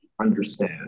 understand